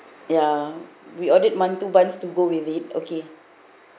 ya we ordered mantou buns to go with it okay